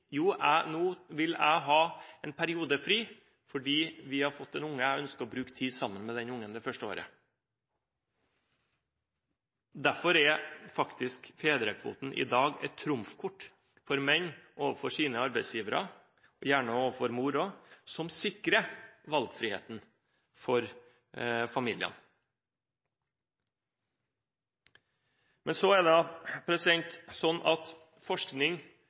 Nå vil jeg har en periode fri fordi vi har fått en unge, og jeg ønsker å bruke tid sammen med den ungen det første året. Derfor er faktisk fedrekvoten i dag et trumfkort for menn overfor sine arbeidsgivere – og gjerne overfor mor også – som sikrer valgfriheten for familiene. Forskning viser at det er bra at